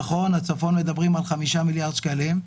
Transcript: נכון, בצפון מדברים על 5 מיליארד שקלים.